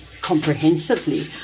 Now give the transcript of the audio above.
comprehensively